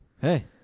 hey